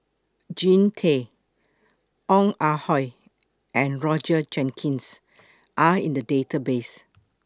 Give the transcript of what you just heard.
Jean Tay Ong Ah Hoi and Roger Jenkins Are in The Database